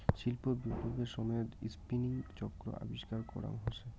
শিল্প বিপ্লবের সময়ত স্পিনিং চক্র আবিষ্কার করাং হসে